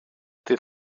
dydd